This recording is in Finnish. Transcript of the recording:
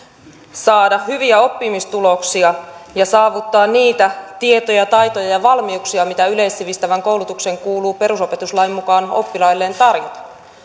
saada hyviä oppimistuloksia ja saavuttaa niitä tietoja taitoja ja valmiuksia mitä yleissivistävän koulutuksen kuuluu perusopetuslain mukaan oppilailleen tarjota